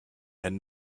had